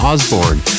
Osborne